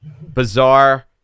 bizarre